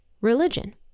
religion